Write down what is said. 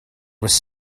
was